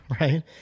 right